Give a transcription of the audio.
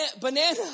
Banana